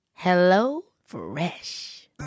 HelloFresh